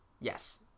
Yes